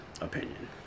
opinion